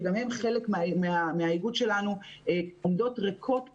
שגם הן חלק מהאיגוד שלנו עומדות ריקות כמעט.